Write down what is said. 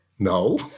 No